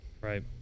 Right